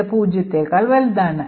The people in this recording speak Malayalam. ഇത് പൂജ്യത്തേക്കാൾ വലുതാണ്